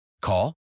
Call